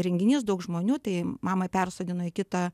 renginys daug žmonių tai mamą persodino į kitą